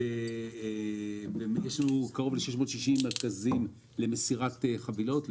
יש לנו קרוב ל-660 מרכזים למסירת חבילות,